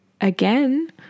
again